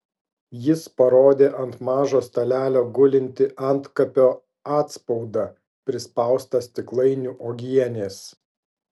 jis parodė ant mažo stalelio gulintį antkapio atspaudą prispaustą stiklainiu uogienės